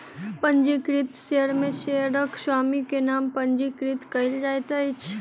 पंजीकृत शेयर में शेयरक स्वामी के नाम पंजीकृत कयल जाइत अछि